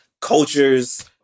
cultures